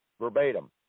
verbatim